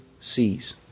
C's